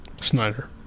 Snyder